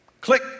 click